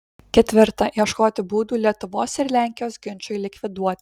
ketvirta ieškoti būdų lietuvos ir lenkijos ginčui likviduoti